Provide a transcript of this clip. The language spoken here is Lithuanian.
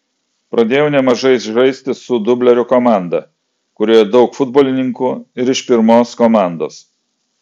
pradėjau nemažai žaisti su dublerių komanda kurioje daug futbolininkų ir iš pirmos komandos